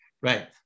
Right